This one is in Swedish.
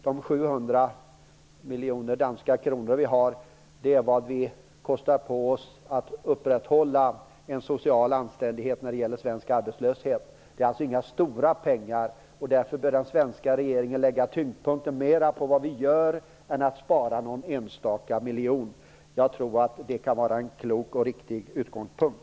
De ca 700 miljoner danska kronor är ungefär lika mycket som vi kostar på oss för att upprätthålla en social anständighet när det gäller svensk arbetslöshet. Det rör sig alltså inte om några stora pengar. Därför bör den svenska regeringen lägga tyngdpunkten mera på vad som görs än på att spara någon enstaka miljon. Jag tror att detta kan vara en klok och riktig utgångspunkt.